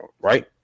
right